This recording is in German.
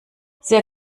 sehr